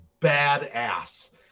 badass